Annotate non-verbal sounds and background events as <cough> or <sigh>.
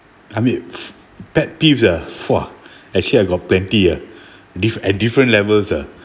pet peeves ah !whoa! actually I got plenty ah <breath> diff~ at different levels ah